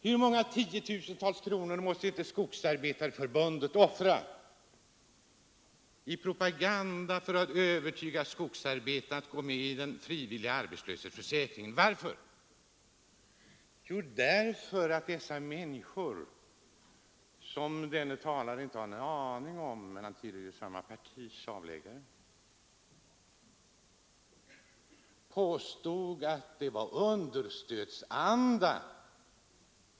Hur många tiotusentals kronor måste inte Skogsarbetareförbundet offra på propaganda för att övertyga skogsarbetarna om fördelarna med att gå med i den frivilliga arbetslöshetsförsäkringen! Och varför? Jo, därför att de människor som herr Granstedt inte har en aning om, trots att han tillhör samma partis avläggare, påstod att det var fråga om understödsanda.